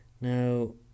Now